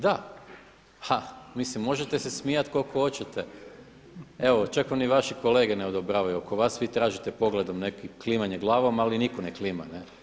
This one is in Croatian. Da, ha, mislim možete se smijati koliko hoćete, evo čak vam ni vaši kolege ne odobravaju oko vas, vi tražite pogledom neko klimanje glavama ali nitko ne klima.